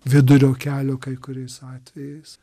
vidurio kelio kai kuriais atvejais